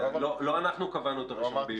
לא אנחנו קבענו את ה-1 ביולי.